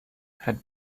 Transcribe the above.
had